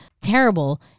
terrible